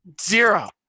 zero